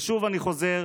ושוב אני חוזר: